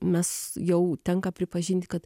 mes jau tenka pripažinti kad